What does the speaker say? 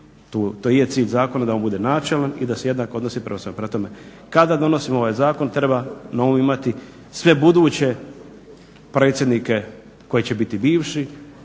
To i je cilj zakona da on bude načelan i da se jednako odnosi prema svima. Prema tome, kada donosimo ovaj zakon treba na umu imati sve buduće predsjednike koji će biti bivši